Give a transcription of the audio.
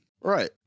Right